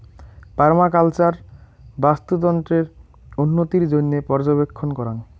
permaculture বাস্তুতন্ত্রের উন্নতির জইন্যে পর্যবেক্ষণ করাং